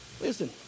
Listen